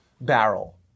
barrel